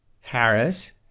Harris